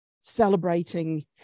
celebrating